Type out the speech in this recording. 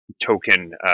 token